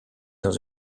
dans